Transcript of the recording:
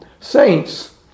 Saints